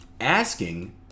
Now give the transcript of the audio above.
asking